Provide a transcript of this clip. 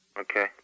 Okay